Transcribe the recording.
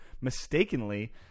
mistakenly